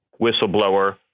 whistleblower